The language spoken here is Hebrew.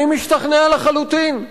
אני משתכנע לחלוטין,